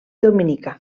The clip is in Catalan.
dominica